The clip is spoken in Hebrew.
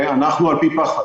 אנחנו על עברי פי פחת